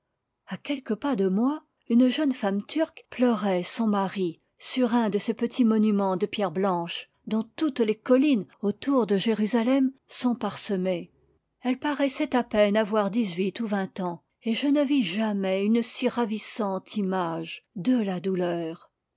a quelques pas de moi une jeune femme turque pleurait son mari sur un de ces petits monumens de pierre blanche dont toutes les collines autour de jérusalem sont parsemées elle paraissait à peine avoir dix-huit ou vingt ans et je ne vis jamais une si ravissante image de la douleur